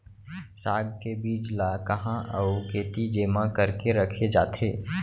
साग के बीज ला कहाँ अऊ केती जेमा करके रखे जाथे?